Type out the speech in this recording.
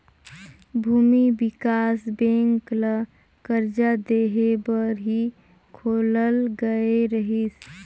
भूमि बिकास बेंक ल करजा देहे बर ही खोलल गये रहीस